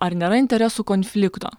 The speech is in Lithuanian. ar nėra interesų konflikto